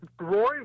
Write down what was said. Roy